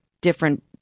different